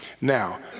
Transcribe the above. Now